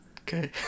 okay